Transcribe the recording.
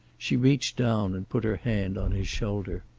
she reached down and put her hand on his shoulder.